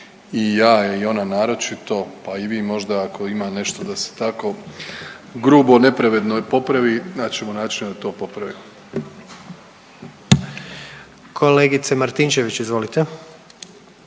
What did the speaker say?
i ja i ona naročito, a i vi možda ako ima nešto da se tako grubo i nepravedno popravi, naći ćemo način da to popravimo. **Jandroković, Gordan